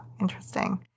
Interesting